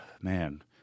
man